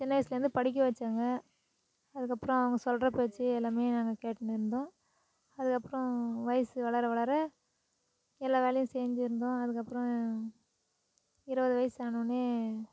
சின்ன வயசுலேருந்து படிக்க வெச்சாங்க அதுக்கப்புறம் அவங்க சொல்கிற பேச்சு எல்லாமே நாங்கள் கேட்டுன்னு இருந்தோம் அதுக்கப்புறம் வயது வளர வளர எல்லா வேலையும் செஞ்சிட்ருந்தோம் அதுக்கப்புறம் இருபது வயது ஆனோடனே